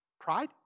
Pride